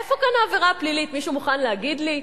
איפה כאן העבירה הפלילית, מישהו מוכן להגיד לי?